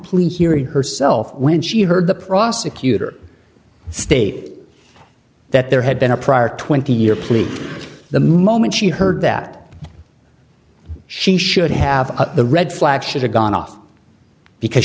police hearing herself when she heard the prosecutor state that there had been a prior twenty year plea the moment she heard that she should have the red flags should have gone off because